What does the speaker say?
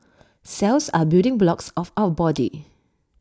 cells are building blocks of our body